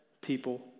people